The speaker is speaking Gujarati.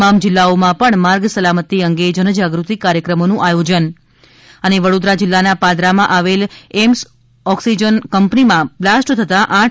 તમામ જિલ્લાઓમાં પણ માર્ગ સલામતી અંગે જનજાગૃતિ કાર્યક્રમોનું આયોજન વડોદરા જિલ્લાના પાદરામાં આવેલ એમ્સ ઓક્સિજન કંપનીમાં બ્લાસ્ટ થતાં આઠ